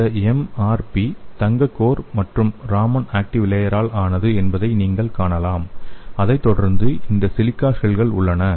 இந்த எம்ஆர்பி தங்க கோர் மற்றும் ராமன் ஆக்டிவ் லேயரால் ஆனது என்பதை நீங்கள் இங்கே காணலாம் அதைத் தொடர்ந்து இந்த சிலிக்கா ஷெல்கள் இதில் உள்ளன